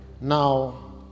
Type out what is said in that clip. Now